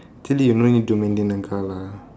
actually you don't need to maintain a car lah